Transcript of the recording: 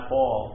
Paul